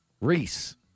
Reese